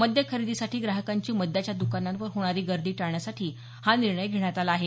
मद्य खरेदीसाठी ग्राहकांची मद्याच्या द्कानांवर होणारी गर्दी टाळण्यासाठी हा निर्णय घेण्यात आला आहे